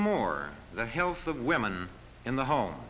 more the health of women in the home